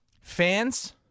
Fans